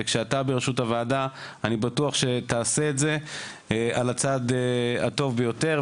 וכשאתה בראשות הוועדה אני בטוח שתעשה את זה על הצד הטוב ביותר,